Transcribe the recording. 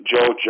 Joe